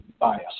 bias